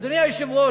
אדוני היושב-ראש,